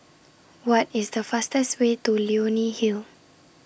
What IS The fastest Way to Leonie Hill